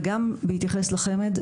וגם בהתייחס לחמ"ד,